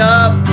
up